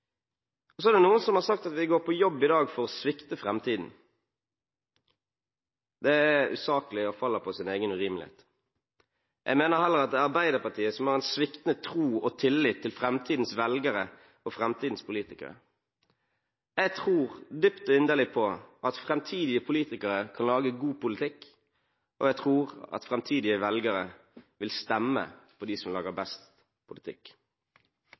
for. Så er det noen som har sagt at vi går på jobb i dag for å svikte framtiden. Det er usaklig og faller på sin egen urimelighet. Jeg mener heller at det er Arbeiderpartiet som har en sviktende tro og tillit til framtidens velgere og framtidens politikere. Jeg tror dypt og inderlig på at framtidige politikere kan lage god politikk, og jeg tror at framtidige velgere vil stemme på dem som lager best politikk.